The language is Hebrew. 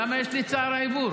למה יש לי צער העיבור?